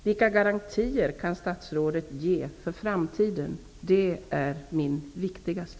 Vilka garantier kan statsrådet ge för framtiden? Det är det viktigaste.